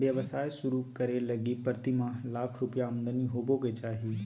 व्यवसाय शुरू करे लगी प्रतिमाह लाख रुपया आमदनी होबो के चाही